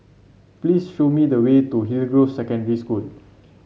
please show me the way to Hillgrove Secondary School